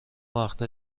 وقتها